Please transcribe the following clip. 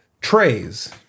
trays